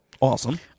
Awesome